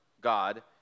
God